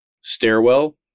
stairwell